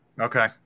Okay